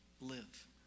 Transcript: live